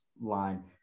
line